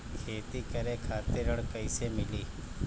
खेती करे खातिर ऋण कइसे मिली?